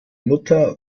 mutter